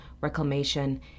reclamation